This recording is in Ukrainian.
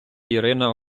ірина